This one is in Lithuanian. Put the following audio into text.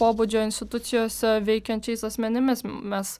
pobūdžio institucijose veikiančiais asmenimis mes